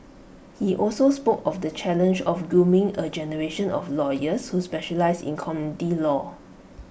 he also spoke of the challenge of grooming A generation of lawyers who specialise in community law